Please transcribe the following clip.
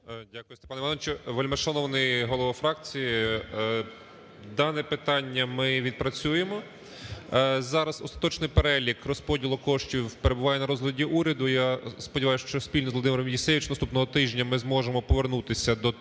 Дякую, Степане Івановичу. Вельмишановний голова фракції, дане питання ми відпрацюємо, зараз остаточний перелік розподілу коштів перебуває на розгляді уряду. Я сподіваюся, що спільно з Володимиром Євсевійовичем наступного тижня, ми зможемо повернутися до тих